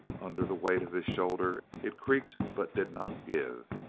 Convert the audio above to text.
under the weight of his shoulder it creaked but did not give.